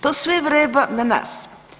To sve vreba na nas.